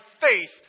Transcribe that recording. faith